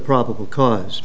probable cause